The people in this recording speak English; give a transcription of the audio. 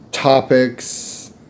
topics